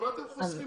מה אתם חוסכים